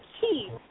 key